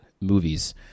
movies